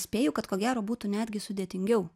spėju kad ko gero būtų netgi sudėtingiau